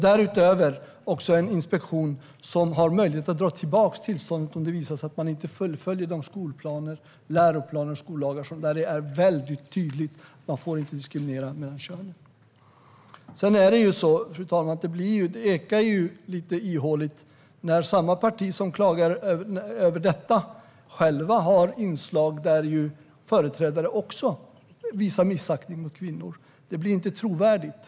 Därutöver har vi en inspektion som har möjlighet att dra tillbaka tillståndet om det visar sig att man inte följer de skolplaner, läroplaner och skollagar där det väldigt tydligt framgår att man inte får diskriminera någon på grund av kön. Fru talman! Det ekar lite ihåligt när samma parti som klagar över detta självt har företrädare som visar missaktning mot kvinnor. Det blir inte trovärdigt.